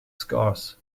scarce